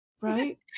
right